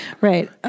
right